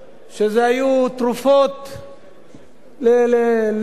שהיו תרופות ליום,